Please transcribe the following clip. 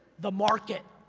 the market.